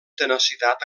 tenacitat